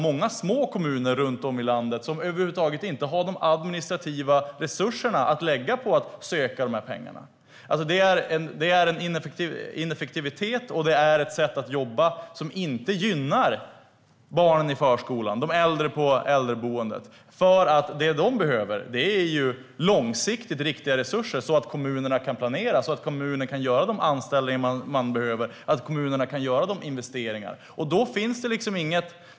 Många små kommuner runt om i landet har inte heller de administrativa resurser som behövs för att söka dessa pengar. Det är ett ineffektivt sätt att jobba som inte gynnar barnen i förskolan eller de äldre på äldreboendet. Det kommunerna behöver är långsiktiga resurser så att de kan planera och göra de anställningar och investeringar som behövs.